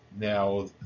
Now